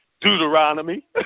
Deuteronomy